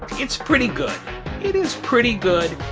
it's pretty good it is pretty good.